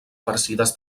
farcides